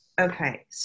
Okay